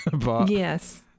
Yes